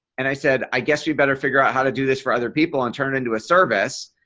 and i said i guess you better figure out how to do this for other people and turn into a service.